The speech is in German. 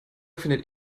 findet